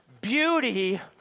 beauty